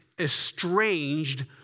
estranged